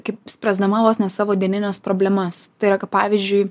kaip spręsdama vos ne savo dienines problemas tai yra kaip pavyzdžiui